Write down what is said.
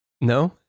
No